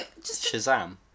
Shazam